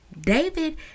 David